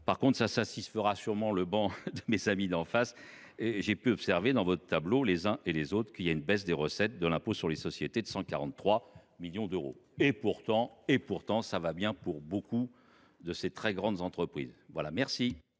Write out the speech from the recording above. Par contre, ça satisfera sûrement le banc de mes amis d'en face. J'ai pu observer dans votre tableau, les uns et les autres, qu'il y a une baisse des recettes de l'impôt sur les sociétés de 143 millions d'euros. Et pourtant, et pourtant, ça va bien pour beaucoup de ces très grandes entreprises. Voilà, merci.